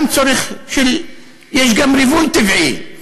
יש גם ריבוי טבעי,